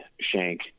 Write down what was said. shank